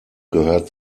gehört